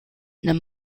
nimm